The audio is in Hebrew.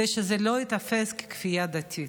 כדי שזה לא ייתפס ככפיה דתית.